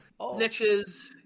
Snitches